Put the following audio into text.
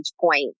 point